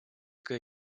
кое